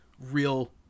real